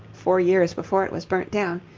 four years before it was burnt down,